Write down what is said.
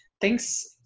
thanks